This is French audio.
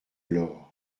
l’or